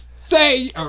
Say